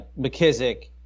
McKissick